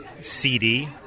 CD